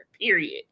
Period